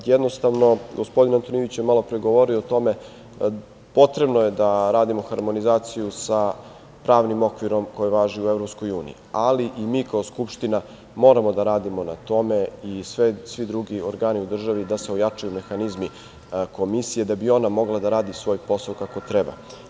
Jednostavno, gospodin Antonijević je malopre govorio o tome, potrebno je da radimo harmonizaciju sa pravnim okvirom koji važi u EU, ali mi kao Skupština moramo da radimo na tome i svi drugi organi u državi da se ojačaju mehanizmi Komisije da bi ona mogla da radi svoj posao kako treba.